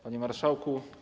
Panie Marszałku!